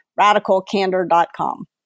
radicalcandor.com